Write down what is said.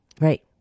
Right